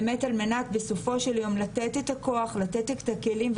על מנת באמת בסופו של יום לתת את הכוח ולתת את הכלים,